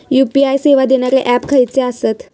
UPI सेवा देणारे app खयचे आसत?